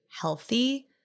healthy